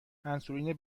انسولین